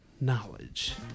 Knowledge